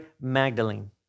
Magdalene